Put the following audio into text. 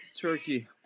turkey